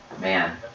Man